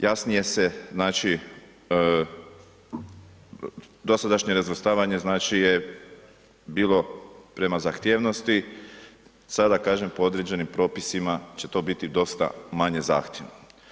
Jasnije se, znači, dosadašnje razvrstavanje, znači je bilo prema zahtjevnosti, sada kažem po određenim propisima će to biti dosta manje zahtjevno.